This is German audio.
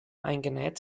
eingenäht